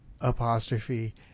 apostrophe